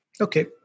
Okay